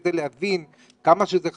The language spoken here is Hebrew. כדי להבין כמה שזה חשוב,